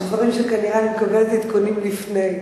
כנראה יש דברים שאני מקבלת עדכונים לפני.